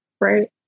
right